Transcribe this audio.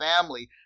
family